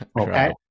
okay